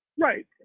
Right